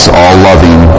all-loving